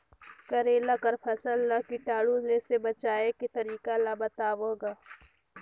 करेला कर फसल ल कीटाणु से बचाय के तरीका ला बताव ग?